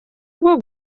bwo